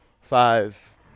Five